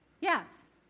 Yes